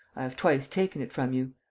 i have twice taken it from you.